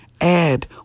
add